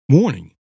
Warning